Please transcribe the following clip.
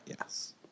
yes